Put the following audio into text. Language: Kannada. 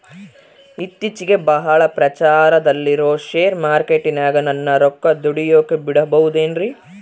ಇತ್ತೇಚಿಗೆ ಬಹಳ ಪ್ರಚಾರದಲ್ಲಿರೋ ಶೇರ್ ಮಾರ್ಕೇಟಿನಾಗ ನನ್ನ ರೊಕ್ಕ ದುಡಿಯೋಕೆ ಬಿಡುಬಹುದೇನ್ರಿ?